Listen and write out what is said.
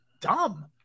dumb